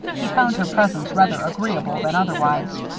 he found her presence rather agreeable than otherwise.